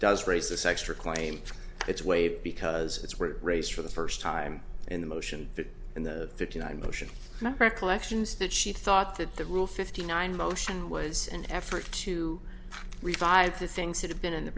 does raise this extra claim it's weight because it's where race for the first time in the motion in the fifty nine motion recollections that she thought that the rule fifty nine motion was an effort to revive the things that have been in the